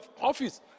office